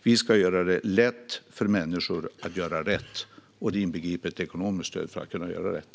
Vi ska göra det lätt för människor att göra rätt, och detta inbegriper ett ekonomiskt stöd för att kunna göra rätt.